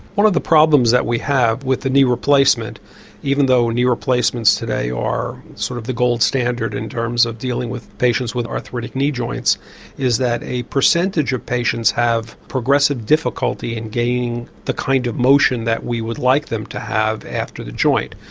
one of the problems that we have with the knee replacement replacement even though knee replacements today are sort of the gold standard in terms of dealing with patients with arthritic knee joints is that a percentage of patients have progressive difficulty in gaining the kind of motion that we would like them to have after the joint.